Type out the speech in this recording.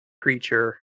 creature